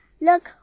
look